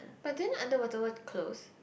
but then Underwater-World closed